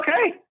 okay